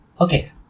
Okay